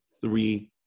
three